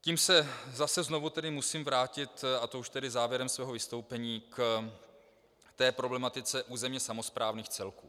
Tím se zase znovu musím vrátit, a to už tedy závěrem svého vystoupení, k problematice územně samosprávných celků.